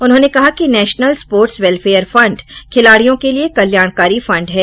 उन्होंने कहा कि नेशनल स्पोर्ट्स वेलफेयर फंड खिलाडियों के लिए कल्याणकारी फंड है